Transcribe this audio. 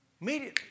Immediately